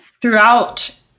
throughout